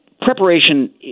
preparation